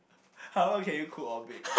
how well can you cook or bake